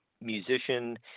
musician